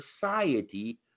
society